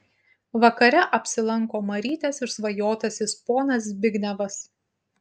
vakare apsilanko marytės išsvajotasis ponas zbignevas